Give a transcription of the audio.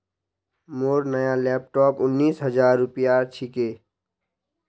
मोर नया लैपटॉप उन्नीस हजार रूपयार छिके